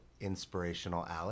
inspirationalalex